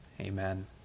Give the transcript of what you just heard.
amen